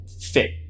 fit